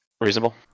reasonable